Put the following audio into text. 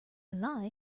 lie